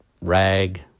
rag